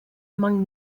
among